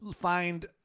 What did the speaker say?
find